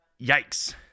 yikes